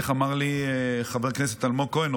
איך אמר לי חבר כנסת אלמוג כהן?